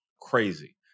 crazy